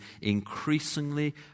increasingly